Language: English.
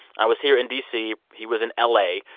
i was here in d c. he was in l a.